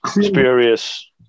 spurious